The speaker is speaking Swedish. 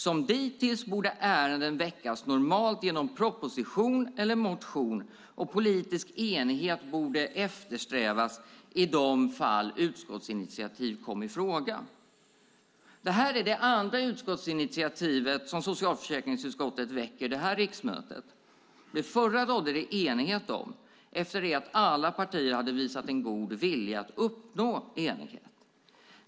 Som dittills borde ärenden väckas normalt genom proposition eller motion, och politisk enighet borde eftersträvas i de fall utskottsinitiativ kom i fråga. Detta är det andra utskottsinitiativ som socialförsäkringsutskottet väcker detta riksmöte. Det förra rådde det enighet om efter det att alla partier hade visat en god vilja att uppnå enighet.